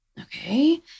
okay